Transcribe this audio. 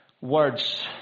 Words